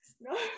no